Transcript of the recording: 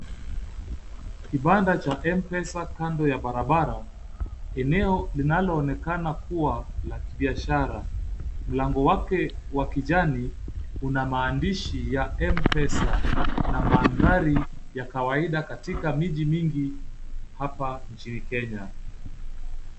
Kibanda cha M-Pesa kando ya barabara, eneo linaloonekana kuwa la kibiashara. Mlango wake wa kijani una maandishi ya M-Pesa na mandhari ya kawaida katika miji mingi hapa nchini Kenya.